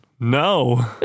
No